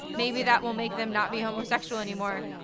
maybe that will make them not be homosexual anymore'.